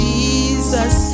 Jesus